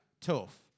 Tough